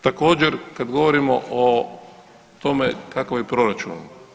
Također kada govorimo o tome kakav je proračun.